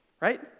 Right